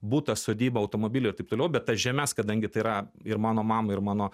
butą sodybą automobilį ir taip toliau bet tas žemes kadangi tai yra ir mano mama ir mano